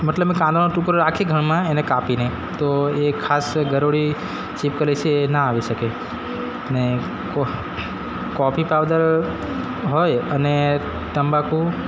મતલબ કે કાંદાનો ટુકડો રાખી ઘરમાં એને કાપીને તો એ ખાસ ગરોળી છિપકલી છે એ ના આવી શકે ને કો કોફી પાવડર હોય અને તંબાકુ